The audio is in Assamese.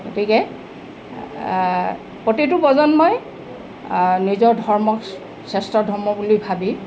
গতিকে প্ৰতিটো প্ৰজন্মই নিজৰ ধৰ্মক শ্ৰেষ্ঠ ধৰ্ম বুলি ভাবি